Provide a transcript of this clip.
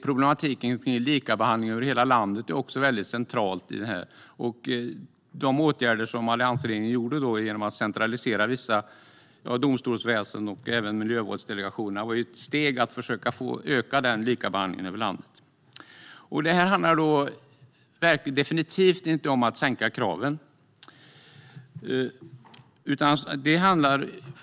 Problematiken beträffande likabehandling över hela landet är också en central del av detta. De åtgärder som alliansregeringen vidtog genom att centralisera domstolsväsendet och miljömålsdelegationen var ett steg i att försöka öka likabehandlingen över landet. Detta handlar definitivt inte om att sänka kraven.